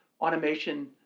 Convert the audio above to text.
automation